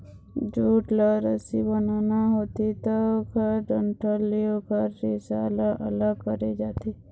jute ल रस्सी बनाना होथे त ओखर डंठल ले ओखर रेसा ल अलग करे जाथे